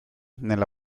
nella